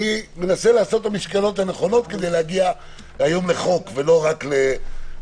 אני מנסה לעשות את המשקלות הנכונות כדי להגיע היום לחוק ולא רק להצהרות.